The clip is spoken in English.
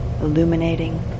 illuminating